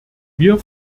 wir